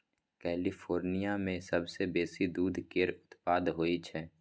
California मे सबसँ बेसी दूध केर उत्पाद होई छै